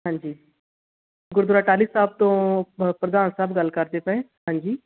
ਹਾਂਜੀ ਗੁਰਦੁਆਰਾ ਟਾਹਲੀ ਸਾਹਿਬ ਤੋਂ ਪ ਪ੍ਰਧਾਨ ਸਾਹਿਬ ਗੱਲ ਕਰਦੇ ਪਏ ਹਾਂਜੀ